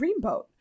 Dreamboat